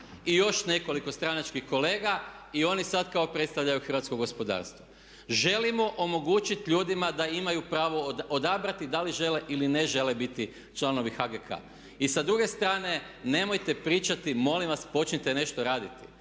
i još nekoliko stranačkih kolega i oni sada kao predstavljaju hrvatsko gospodarstvo. Želimo omogućiti ljudima da imaju pravo odabrati da li žele ili ne žele biti članovi HGK. I sa druge strane, nemojte pričati, molim vas, počnite nešto raditi.